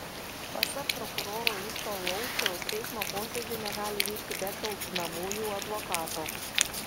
pasak prokuroro justo lauciaus teismo posėdžiai negali vykti be kaltinamųjų advokato